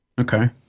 Okay